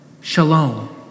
Shalom